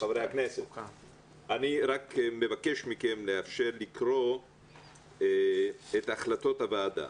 אני רק מבקש מכם לאפשר לקרוא את החלטות הוועדה.